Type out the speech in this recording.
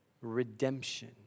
redemption